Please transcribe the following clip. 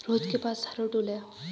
रोहित के पास harrow tool है